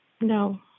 No